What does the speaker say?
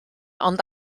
ond